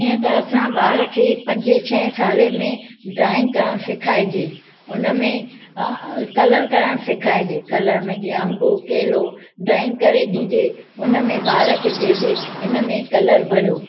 ईअं त असां ॿार खे पंजे छहें सालें में ड्राइंग करणु सेखारजे हुन में कलर करणु सेखारजे कलर में जीअं अंबु केलो ड्राइंग करे ॾिजे हुन में ॿार खे चइजे हिन में कलर भरियो